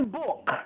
book